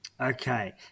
Okay